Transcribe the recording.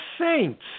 saints